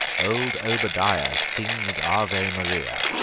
old obadiah sings ave maria.